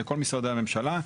לכל משרדי הממשלה.